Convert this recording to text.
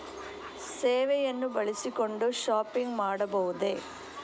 ಸೇವೆಯನ್ನು ಬಳಸಿಕೊಂಡು ಶಾಪಿಂಗ್ ಮಾಡಬಹುದೇ?